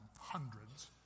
hundreds